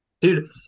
Dude